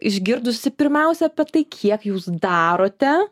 išgirdusi pirmiausia apie tai kiek jūs darote